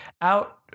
out